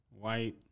white